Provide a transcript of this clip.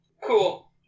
Cool